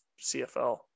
CFL